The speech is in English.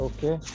Okay